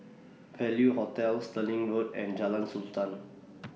Value Hotel Stirling Road and Jalan